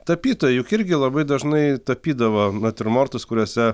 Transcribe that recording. tapytojai juk irgi labai dažnai tapydavo natiurmortus kuriuose